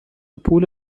پول